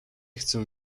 chcę